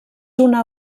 una